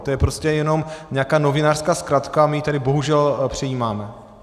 To je prostě jenom nějaká novinářská zkratka a my ji tady bohužel přejímáme.